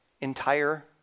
entire